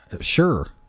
Sure